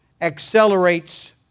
accelerates